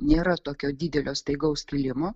nėra tokio didelio staigaus kilimo